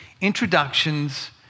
introductions